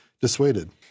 dissuaded